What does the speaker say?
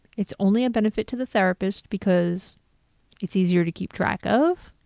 it's only a benefit to the therapist because it's easier to keep track of,